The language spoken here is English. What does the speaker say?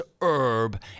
herb